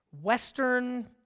Western